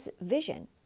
vision